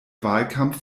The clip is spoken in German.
wahlkampf